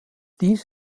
dies